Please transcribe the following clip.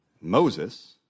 Moses